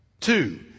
Two